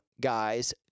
guys